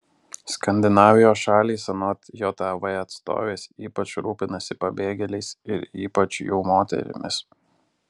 skandinavijos šalys anot jav atstovės ypač rūpinasi pabėgėliais ir ypač jų moterimis